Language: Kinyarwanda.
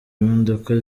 impinduka